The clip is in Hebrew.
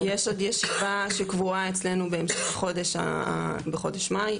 יש עוד ישיבה שקבועה אצלנו בהמשך חודש מאי,